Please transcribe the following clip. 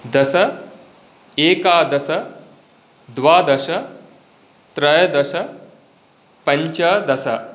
दश एकादश द्वादश त्रयोदश पञ्चदश